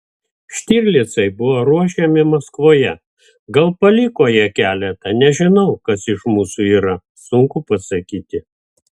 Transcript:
štirlicai buvo ruošiami maskvoje gal paliko jie keletą nežinau kas iš mūsų yra sunku pasakyti